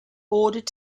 ordered